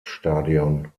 stadion